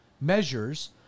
measures